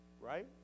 right